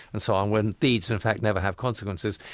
and so on, when deeds, in fact, never have consequences,